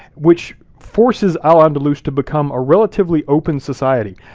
which forces al-andalus to become a relatively open society.